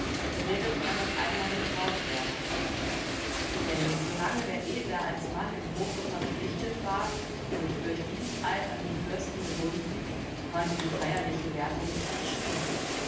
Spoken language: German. beredete er noch einmal die brautwerbung denn solange der edle als mann im hofe verpflichtet war und durch diensteid an den fürsten gebunden konnte die feierliche werbung nicht geschehen